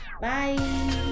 Bye